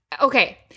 Okay